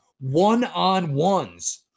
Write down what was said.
one-on-ones